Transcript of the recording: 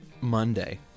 Monday